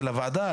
של הוועדה,